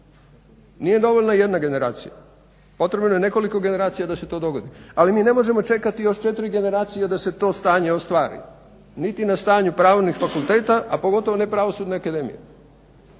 Nije dovoljno jedna generacija, potrebno je nekoliko generacija da se to dogodi. Ali mi ne možemo čekati još 4 generacije da se to stanje ostvari niti na stanju pravnih fakulteta a pogotovo ne Pravosudne akademije.